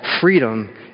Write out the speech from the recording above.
freedom